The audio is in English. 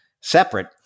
separate